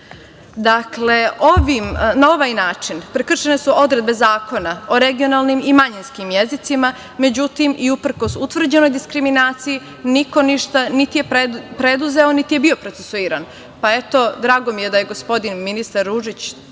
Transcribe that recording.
jezika. Dakle, na ovaj način prekršene su odredbe Zakona o regionalnim i manjinskim jezicima. Međutim, i uprkos utvrđenoj diskriminaciji niko ništa niti je preduzeo, niti je bio procesuiran. Drago mi je da je gospodin ministar Ružić